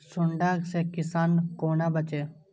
सुंडा से किसान कोना बचे?